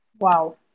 wow